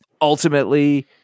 ultimately